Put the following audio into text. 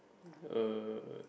uh